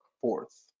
fourth